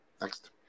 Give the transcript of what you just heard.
Next